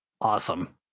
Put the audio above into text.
Awesome